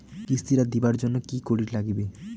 কিস্তি টা দিবার জন্যে কি করির লাগিবে?